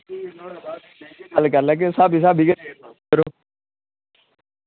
भी कल्ल गै गल्ल करी लैगे ते स्हाबी स्हाबी गै रेट